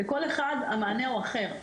לכל אחד המענה הוא אחר.